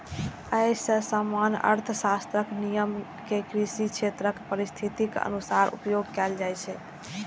अय मे सामान्य अर्थशास्त्रक नियम कें कृषि क्षेत्रक परिस्थितिक अनुसार उपयोग कैल जाइ छै